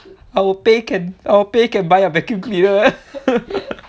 our pay can our pay can buy a vacuum cleaner